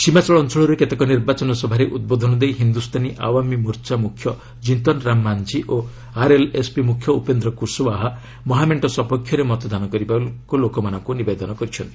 ସୀମାଚଳ ଅଞ୍ଚଳରେ କେତେକ ନିର୍ବାଚନ ସଭାରେ ଉଦ୍ବୋଧନ ଦେଇ ହିନ୍ଦୁସ୍ତାନୀ ଆୱାମ୍ ମୋର୍ଚ୍ଚା ମୁଖ୍ୟ କୀତନ ରାମ ମାନ୍ଝି ଓ ଆର୍ଏଲ୍ଏସ୍ପି ମୁଖ୍ୟ ଉପେନ୍ଦ୍ର କୁଶୱାହା ମହାମେଣ୍ଟ ସପକ୍ଷରେ ମତଦାନ କରିବାକୁ ଲୋକମାନଙ୍କୁ ନିବେଦନ କରିଛନ୍ତି